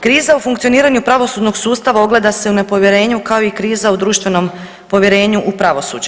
Kriza u funkcioniranju pravosudnog sustava ogleda se u nepovjerenju kao i kriza u društvenom povjerenju u pravosuđe.